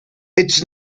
it’s